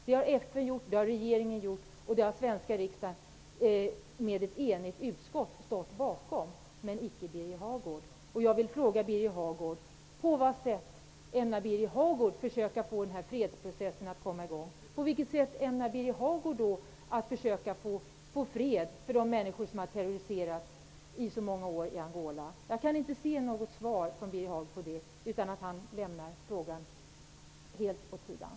Det har FN gjort, det har regeringen gjort och det har den svenska riksdagen genom ett enigt utskott ställt sig bakom, men icke Jag vill fråga Birger Hagård på vilket sätt han ämnar försöka få i gång den här fredsprocessen. På vilket sätt ämnar Birger Hagård försöka få fred för de människor som har terroriserats i så många år i Angola? Jag kan inte se att Birger Hagård har något svar på det. Han lämnar den frågan helt åt sidan.